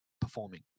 performing